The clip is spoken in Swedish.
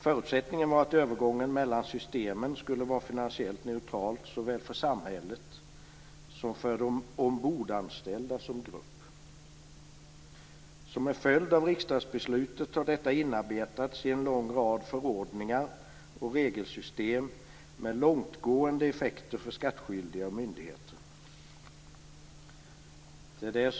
Förutsättningen var att övergången mellan systemen skulle vara finansiellt neutral såväl för samhället som för de ombordanställda som grupp. Som en följd av riksdagsbeslutet har detta inarbetats i en lång rad förordningar och regelsystem med långtgående effekter för skattskyldiga och myndigheter.